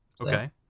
Okay